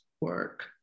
work